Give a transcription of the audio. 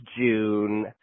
June